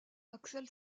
axel